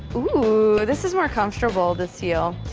ooh, this is more comfortable, this heel.